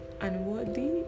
unworthy